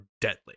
deadly